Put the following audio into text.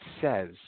says